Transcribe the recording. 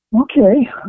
okay